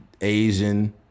Asian